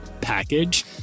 package